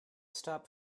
stop